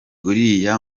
uriya